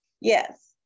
yes